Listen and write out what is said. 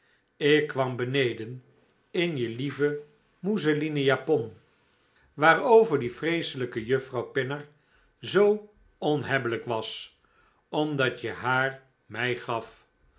ik kwam beneden in je lieve mousselfnen japon waarover die vreeselijke juffrouw pinner zoo onhebbelijk was omdat je haar mij gaf